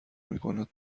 میکند